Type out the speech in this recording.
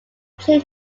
plain